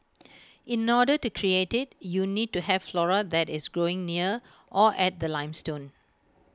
in order to create IT you need to have flora that is growing near or at the limestone